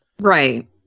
Right